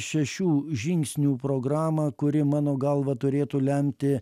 šešių žingsnių programą kuri mano galva turėtų lemti